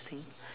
think